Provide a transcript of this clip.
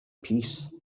peace